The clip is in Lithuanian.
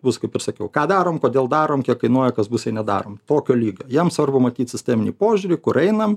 bus kaip ir sakiau ką darom kodėl darom kiek kainuoja kas bus nedarom tokio lyg jiem svarbu matyt sisteminį požiūrį kur einam